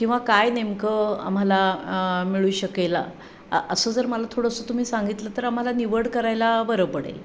किंवा काय नेमकं आम्हाला मिळू शकेला असं जर मला थोडंसं तुम्ही सांगितलं तर आम्हाला निवड करायला बरं पडेल